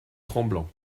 tremblants